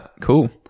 cool